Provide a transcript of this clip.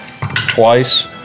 Twice